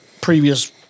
previous